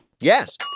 Yes